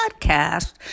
podcast